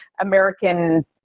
American